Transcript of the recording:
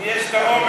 אם יש האומץ.